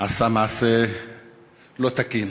עשה מעשה לא תקין,